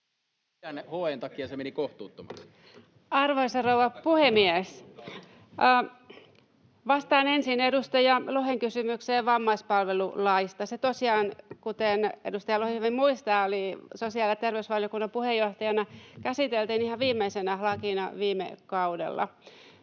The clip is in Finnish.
Arvoisa rouva puhemies! Vastaan ensin edustaja Lohen kysymykseen vammaispalvelulaista. Se tosiaan — kuten edustaja Lohi hyvin muistaa, kun oli sosiaali- ja terveysvaliokunnan puheenjohtajana — käsiteltiin ihan viimeisenä lakina viime kaudella.